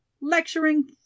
Lecturing